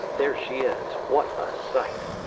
there she is! what a sight!